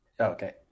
Okay